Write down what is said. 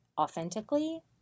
authentically